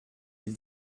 will